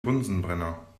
bunsenbrenner